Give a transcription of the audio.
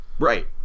Right